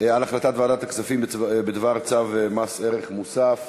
על החלטת ועדת הכספים בדבר צו מס ערך מוסף.